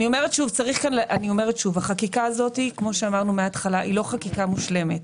אני אומרת שוב, החקיקה הזאת היא לא חקיקה מושלמת,